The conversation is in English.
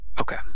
Okay